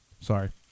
Sorry